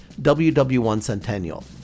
WW1Centennial